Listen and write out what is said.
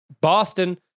Boston